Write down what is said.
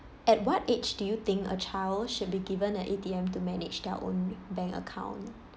at what age do you think a child should be given a A_T_M to manage their own bank account